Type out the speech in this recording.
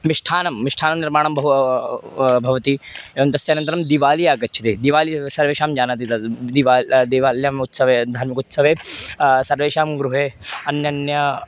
मिष्ठान्नं मिष्ठान्ननिर्माणं बहु भवति एवं तस्य अनन्तरं दीवालिः आगच्छति दीवालिः सर्वेषां जानाति तद् दिवा दीवाल्याम् उत्सवे धार्मिकोत्सवे सर्वेषां गृहे अन्यन्यम्